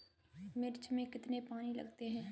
मिर्च में कितने पानी लगते हैं?